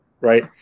right